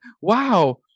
wow